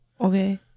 Okay